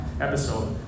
episode